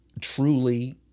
truly